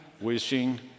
wishing